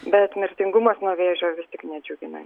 bet mirtingumas nuo vėžio vis tik nedžiugina